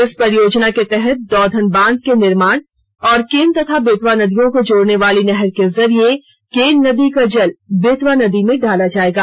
इस परियोजना के तहत दौधन बांध के निर्माण और केन तथा बेतवा नदियों को जोडने वाली नहर के जरिये केन नदी का जल बेतवा नदी में डाला जाएगा